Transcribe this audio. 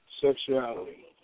sexuality